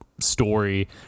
story